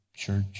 church